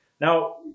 Now